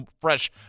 fresh